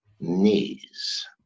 knees